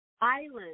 island